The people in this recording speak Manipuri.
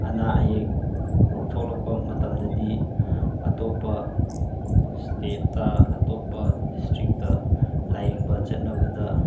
ꯑꯅꯥ ꯑꯌꯦꯛ ꯊꯣꯛꯂꯛꯄ ꯃꯇꯝꯗꯗꯤ ꯑꯇꯣꯞꯄ ꯁ꯭ꯇꯦꯠꯇ ꯑꯇꯣꯞꯄ ꯗꯤꯁꯇ꯭ꯔꯤꯛꯇ ꯂꯥꯏꯌꯦꯡꯕ ꯆꯠꯅꯕꯗ